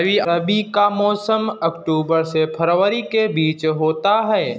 रबी का मौसम अक्टूबर से फरवरी के बीच होता है